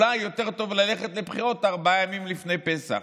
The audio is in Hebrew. רק אולי יותר טוב ללכת לבחירות ארבעה ימים לפני פסח,